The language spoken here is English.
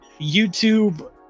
YouTube